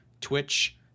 Twitch